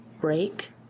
Break